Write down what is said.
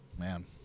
man